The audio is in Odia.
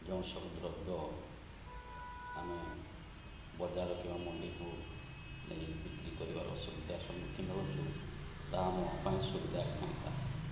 ଯେଉଁ ସବୁ ଦ୍ରବ୍ୟ ଆମେ ବଜାର କିମ୍ବା ମଣ୍ଡିକୁ ନେଇ ବିକ୍ରି କରିବାର ଅସୁବିଧାର ସମ୍ମୁଖୀନ ହେଉଛୁ ତାହା ଆମ ପାଇଁ ସୁବିଧା ହୋଇଥାନ୍ତା